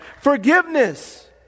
forgiveness